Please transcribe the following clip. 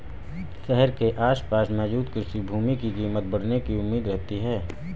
शहर के आसपास मौजूद कृषि भूमि की कीमत बढ़ने की उम्मीद रहती है